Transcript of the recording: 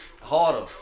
Harder